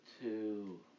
two